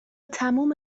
تموم